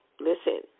listen